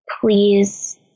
please